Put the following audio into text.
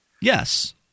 Yes